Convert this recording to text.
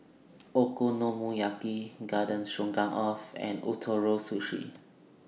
Okonomiyaki Garden Stroganoff and Ootoro Sushi